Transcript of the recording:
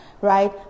right